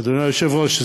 אדוני היושב-ראש,